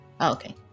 okay